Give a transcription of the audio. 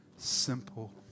Simple